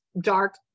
dark